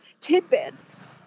tidbits